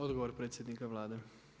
Odgovor predsjednik Vlade.